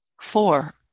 Four